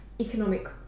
economic